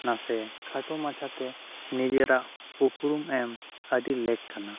ᱱᱟᱥᱮ ᱠᱷᱟᱴᱚ ᱢᱟᱪᱷᱟᱛᱮ ᱱᱤᱡᱮᱨᱟᱜ ᱩᱯᱨᱩᱢ ᱮᱢ ᱟᱹᱰᱤ ᱞᱮᱠ ᱠᱟᱱᱟ